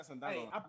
Hey